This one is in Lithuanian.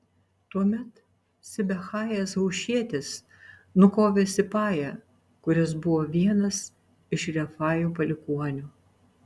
tuomet sibechajas hušietis nukovė sipają kuris buvo vienas iš refajų palikuonių